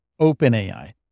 OpenAI